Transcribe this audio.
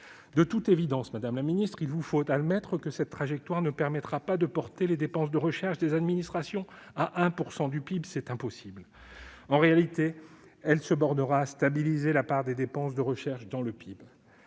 De toute évidence, madame la ministre, il vous faut admettre que cette trajectoire ne permettra pas de porter les dépenses de recherche des administrations à 1 % du PIB- c'est impossible. En réalité, elle se bornera à stabiliser la part des dépenses de recherche dans le PIB.